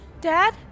Dad